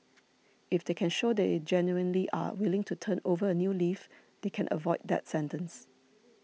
if they can show they genuinely are willing to turn over a new leaf they can avoid that sentence